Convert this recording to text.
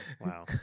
Wow